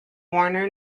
warner